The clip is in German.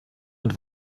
und